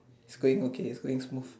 it's going okay it's going smooth